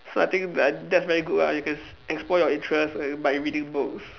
so I think that that's very good ah if it's explore your interests like by reading books